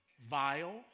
vile